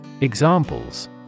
Examples